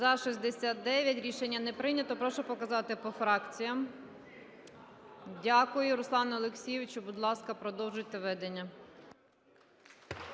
За-69 Рішення не прийнято. Прошу показати по фракціях. Дякую. Руслане Олексійовичу, будь ласка, продовжуйте ведення.